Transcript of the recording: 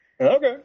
Okay